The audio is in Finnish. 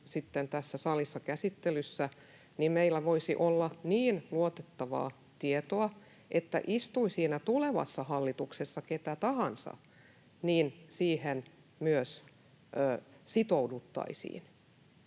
tässä salissa käsittelyssä, niin meillä voisi olla niin luotettavaa tietoa, että istui siinä tulevassa hallituksessa ketä tahansa, niin siihen myös sitouduttaisiin,